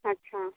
अच्छा